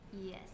Yes